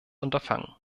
unterfangen